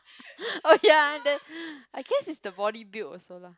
oh ya then I guess it's the body build also lah